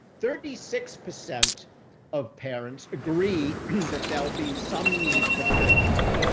thirty six percent of parents agree that they'll be in some need for catch-up.